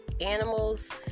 animals